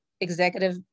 executive